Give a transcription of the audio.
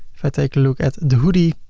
if i take a look at the hoodie,